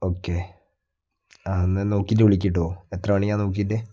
okay ആ എന്നാൽ നോക്കിയിട്ട് വിളിക്ക് കേട്ടോ എത്ര മണിയാണ് നോക്കിയിട്ട്